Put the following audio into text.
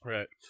Right